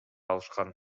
алышкан